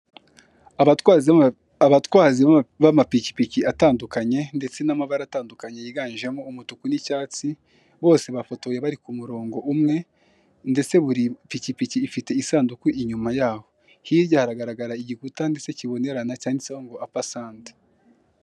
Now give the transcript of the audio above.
Telefoni nk'igikoresho gikunzwe gukoreshwa mu ikoranabuhanga, yaba mu kwakira cyangwa mu kohereza amafaranga. Umuyoboro wa emutiyeni ushishikariza abawukoresha kuba bakoresha telefoni zigezweho, arizo ziba zikoresha enterinete kugirango babone serivise mu buryo bwihuse kandi bubanogeye.